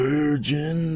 Virgin